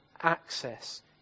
access